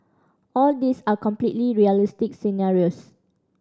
all these are completely realistic scenarios